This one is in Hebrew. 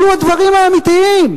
אלו הדברים האמיתיים,